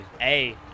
Hey